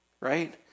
right